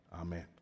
Amen